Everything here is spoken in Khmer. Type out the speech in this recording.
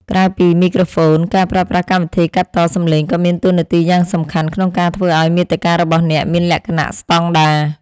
ក្រៅពីមីក្រូហ្វូនការប្រើប្រាស់កម្មវិធីកាត់តសំឡេងក៏មានតួនាទីយ៉ាងសំខាន់ក្នុងការធ្វើឱ្យមាតិការបស់អ្នកមានលក្ខណៈស្តង់ដារ។